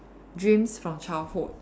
dreams from childhood